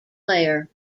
player